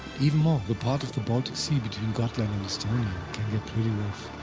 even more, the part of the baltic sea between gotland and estonia, can get pretty rough,